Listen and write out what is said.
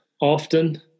often